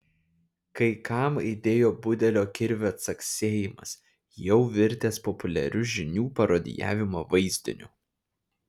kai kam aidėjo budelio kirvio caksėjimas jau virtęs populiariu žinių parodijavimo vaizdiniu